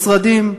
עוד משרדים,